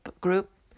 group